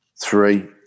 three